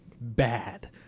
Bad